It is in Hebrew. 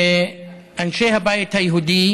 ואנשי הבית היהודי